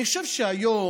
אני חושב שהיום,